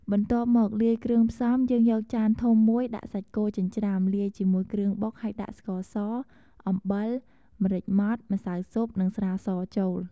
បន្ទាប់មក លាយគ្រឿងផ្សំ យើងយកចានធំមួយដាក់សាច់គោចិញ្ច្រាំ លាយជាមួយគ្រឿងបុកហើយ ដាក់ ស្ករស អំបិល ម្រេចម៉ដ្ឋ ម្សៅស៊ុប និងស្រាស ចូល។